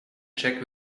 check